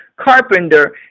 carpenter